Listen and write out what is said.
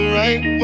right